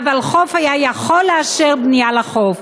והוולחו"ף היה יכול לאשר בנייה על החוף.